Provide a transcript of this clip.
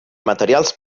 materials